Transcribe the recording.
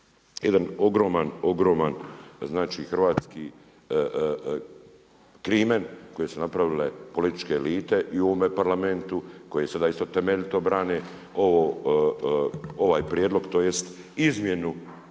jedan ogroman hrvatski krimen koji su napravile političke elite i u ovome Parlamentu koji sada isto temeljito brane ovaj prijedlog, tj. izmjenu